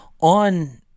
On